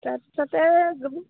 তাৰ তাতে